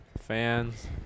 fans